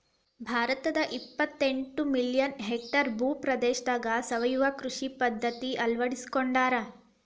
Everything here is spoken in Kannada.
ಭಾರತದಾಗ ಎಪ್ಪತೆಂಟ ಮಿಲಿಯನ್ ಹೆಕ್ಟೇರ್ ಭೂ ಪ್ರದೇಶದಾಗ ಸಾವಯವ ಕೃಷಿ ಪದ್ಧತಿ ಅಳ್ವಡಿಸಿಕೊಂಡಾರ